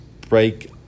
break